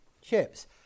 chips